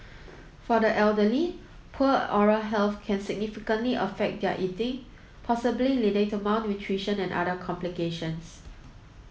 for the elderly poor oral health can significantly affect their eating possibly leading to malnutrition and other complications